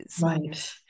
right